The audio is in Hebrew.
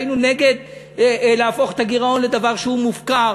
היינו נגד להפוך את הגירעון לדבר שהוא מופקר,